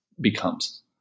becomes